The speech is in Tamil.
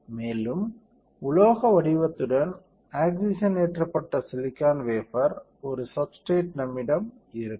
மேலும் உலோக வடிவத்துடன் ஆக்ஸிஜனேற்றப்பட்ட சிலிக்கான் வேஃபர் ஒரு சப்ஸ்டிரேட் நம்மிடம் இருக்கும்